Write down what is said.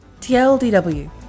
TLDW